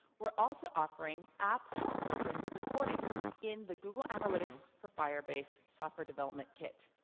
we're also offering app conversion reporting in the google analytics for firebase software development kit.